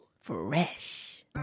Fresh